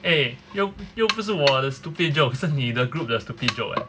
eh 又又不是我的 stupid joke 是你的 group 的 stupid joke leh